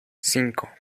cinco